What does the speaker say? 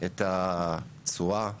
את התשואה הרלוונטית.